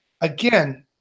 Again